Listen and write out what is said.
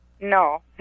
No